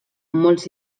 molts